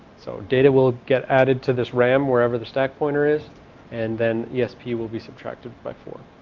so data will get added to this ram wherever the stack pointer is and then yeah esp he will be subtracted by four.